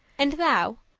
and thou,